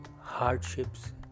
hardships